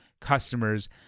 customers